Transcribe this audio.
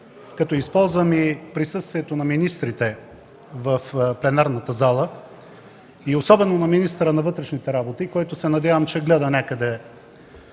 като използвам присъствието на министрите в пленарната зала и особено на министъра на вътрешните работи, който се надявам, че гледа отнякъде